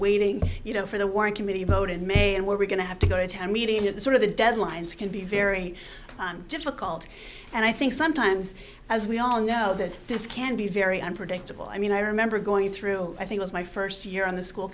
waiting you know for the work committee vote in may and we're going to have to go to a town meeting and it sort of the deadlines can be very difficult and i think sometimes as we all know that this can be very unpredictable i mean i remember going through i think was my first year on the school